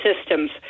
systems